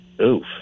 Oof